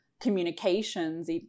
communications